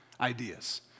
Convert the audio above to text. ideas